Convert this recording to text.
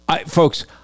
folks